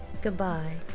Goodbye